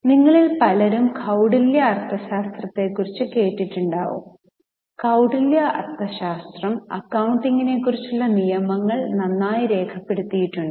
നിങ്ങളിൽ പലരും കൌടില്യ അർത്ഥശാസ്ത്രത്തെക്കുറിച്ച് കേട്ടിട്ടുണ്ടാകും കൌടില്യ അർത്ഥശാസ്ത്രം അക്കൌണ്ടിങ്ങിനെക്കുറിച്ചുള്ള നിയമങ്ങൾ നന്നായി രേഖപ്പെടുത്തിയിട്ടുണ്ട്